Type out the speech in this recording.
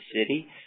city